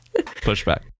pushback